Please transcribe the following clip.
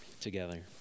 together